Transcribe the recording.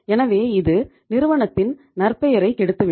எனவே இது நிறுவனத்தின் நற்பெயரைக் கெடுத்து விடும்